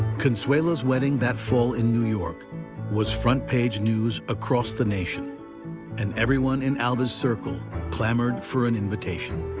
consuelo's wedding that fall in new york was front page news across the nation and everyone in alva's circle clamored for an invitation.